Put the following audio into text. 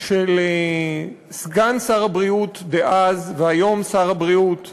של סגן שר הבריאות דאז והיום שר הבריאות,